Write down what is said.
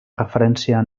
referència